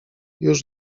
już